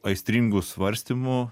aistringų svarstymų